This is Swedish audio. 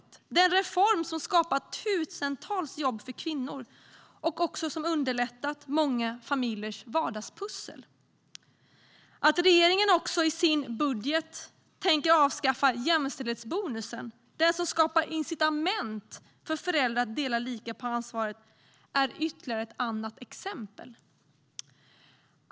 Det är den reform som har skapat tusentals jobb för kvinnor och som har underlättat många familjers vardagspussel. Att regeringen också i sin budget föreslår att vi ska avskaffa jämställdhetsbonusen, den som skapar incitament för föräldrar att dela lika på ansvaret, är ytterligare ett exempel.